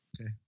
Okay